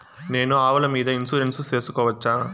నేను ఆవుల మీద ఇన్సూరెన్సు సేసుకోవచ్చా?